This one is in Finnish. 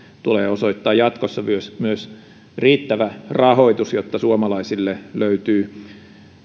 tulee osoittaa jatkossa myös myös riittävä rahoitus jotta suomalaisille löytyy